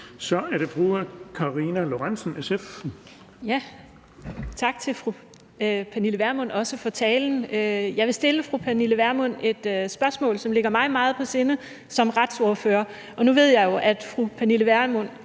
Dehnhardt (SF): Ja, og også tak til fru Pernille Vermund for talen. Jeg vil stille fru Pernille Vermund et spørgsmål, som ligger mig meget på sinde som retsordfører. Nu ved jeg jo, at fru Pernille Vermund